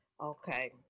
Okay